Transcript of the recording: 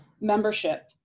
membership